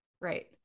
Right